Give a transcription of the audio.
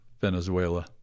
Venezuela